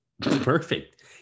Perfect